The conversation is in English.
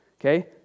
Okay